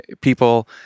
people